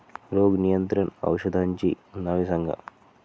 रोग नियंत्रण औषधांची नावे सांगा?